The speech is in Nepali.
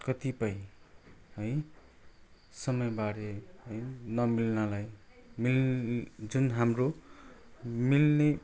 कतिपय है समयबारे है नमिल्नालाई मिल् जुन हाम्रो मिल्ने